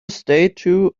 statue